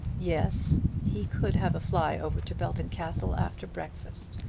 yes he could have a fly over to belton castle after breakfast.